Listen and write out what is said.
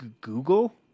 Google